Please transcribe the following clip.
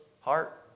heart